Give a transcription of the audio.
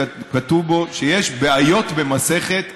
כתוב בו שיש בעיות במסכת הראיות.